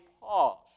pause